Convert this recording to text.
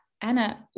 Anna